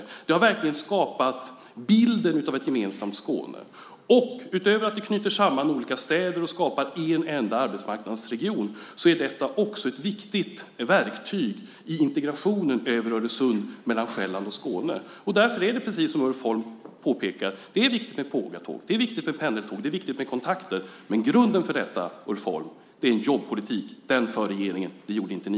Pågatågen har verkligen skapat bilden av ett gemensamt Skåne, och utöver att de knyter samman olika städer och skapar en enda arbetsmarknadsregion är de också ett viktigt verktyg i integrationen över Öresund, mellan Själland och Skåne. Därför är det, precis som Ulf Holm påpekar, viktigt med pågatåg. Det är viktigt med pendeltåg. Det är viktigt med kontakter. Men grunden för detta, Ulf Holm, är en jobbpolitik. Den för regeringen. Det gjorde inte ni.